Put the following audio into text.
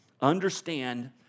understand